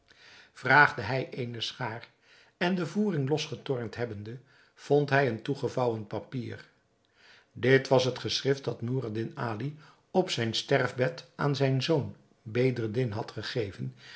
vraagde hij eene schaar en de voering losgetornd hebbende vond hij een toegevouwen papier dit was het geschrift dat noureddin ali op zijn sterfbed aan zijn zoon bedreddin had gegeven